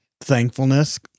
thankfulness